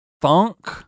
funk